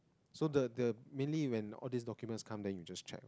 so the the mainly when all these documents come then you just check